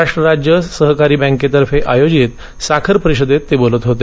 महाराष्ट्र राज्य सहकारी बँकेतर्फे आयोजित साखर परिषदेत ते बोलत होते